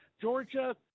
Georgia